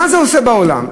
מה זה עושה בעולם?